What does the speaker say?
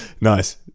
Nice